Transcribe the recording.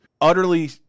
Utterly